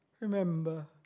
Remember